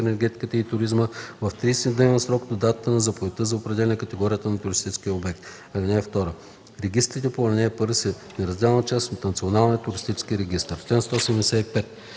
енергетиката и туризма в 30-дневен срок от датата на заповедта за определената категория на туристическия обект. (2) Регистрите по ал. 1 са неразделна част от Националния туристически регистър.”